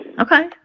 Okay